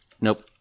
Nope